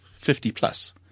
50-plus